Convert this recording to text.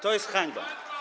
To jest hańba.